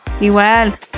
Igual